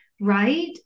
right